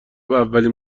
اولین